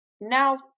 now